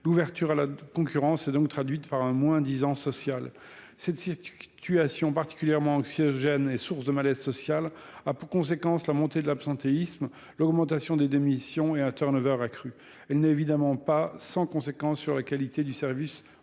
L’ouverture à la concurrence s’est donc traduite par un moins disant social. Cette situation particulièrement anxiogène et source de malaise social a pour conséquences la montée de l’absentéisme, l’augmentation des démissions et un turnover accru. Elle n’est évidemment pas sans conséquence sur la qualité du service rendu